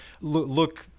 look